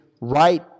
right